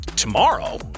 Tomorrow